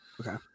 Okay